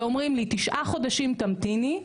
ואומרים לי, תשעה חודשים תמתיני,